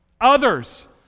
Others